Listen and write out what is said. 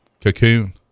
Cocoon